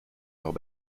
leurs